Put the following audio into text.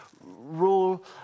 rule